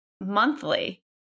monthly